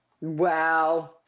Wow